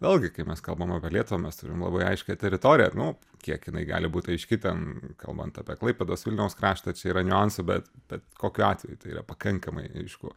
vėlgi kai mes kalbam apie lietuvą mes turim labai aiškią teritoriją nu kiek jinai gali būt aiški ten kalbant apie klaipėdos vilniaus kraštą čia yra niuansų bet bet kokiu atveju tai yra pakankamai aišku